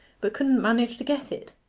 but couldn't manage to get it.